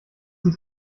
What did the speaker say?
uns